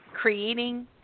creating